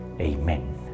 Amen